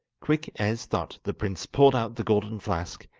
quick as thought the prince pulled out the golden flask,